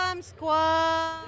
squad